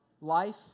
life